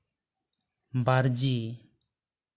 ᱵᱟᱨ ᱡᱤ